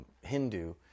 Hindu